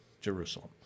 Jerusalem